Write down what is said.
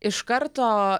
iš karto